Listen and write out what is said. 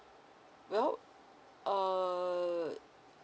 well err